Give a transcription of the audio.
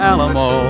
Alamo